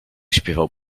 śpiewał